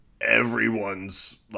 everyone's